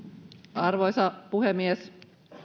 arvoisa puhemies